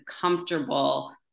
comfortable